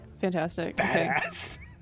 Fantastic